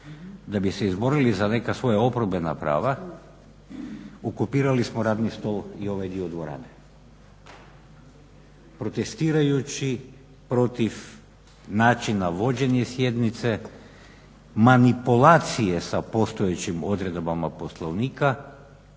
da bi se izborili neka svoja oporbena prava okupirali smo radni stol i ovaj dio dvorane protestirajući protiv načina vođenja sjednice, manipulacije sa postojećim odredbama Poslovnika